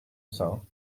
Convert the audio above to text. saint